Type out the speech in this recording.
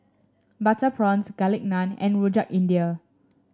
Butter Prawns Garlic Naan and Rojak India